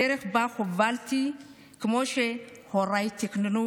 הדרך שבה הובלתי, כמו שהוריי תכננו